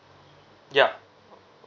ya